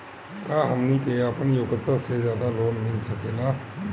का हमनी के आपन योग्यता से ज्यादा लोन मिल सकेला?